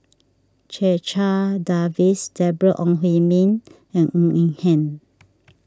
Checha Davies Deborah Ong Hui Min and Ng Eng Hen